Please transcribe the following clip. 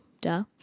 duh